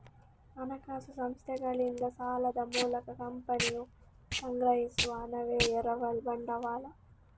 ಹಣಕಾಸು ಸಂಸ್ಥೆಗಳಿಂದ ಸಾಲದ ಮೂಲಕ ಕಂಪನಿಯು ಸಂಗ್ರಹಿಸುವ ಹಣವೇ ಎರವಲು ಬಂಡವಾಳ